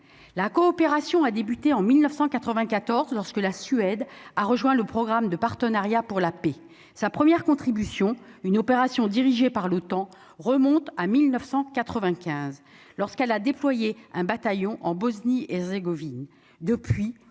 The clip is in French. la coopération a débuté en 1994 lorsque la Suède a rejoint le programme de Partenariat pour la paix, sa première contribution, une opération dirigée par l'OTAN remonte à 1995 lorsqu'elle a déployé un bataillon en Bosnie-Herzégovine